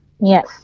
Yes